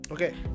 Okay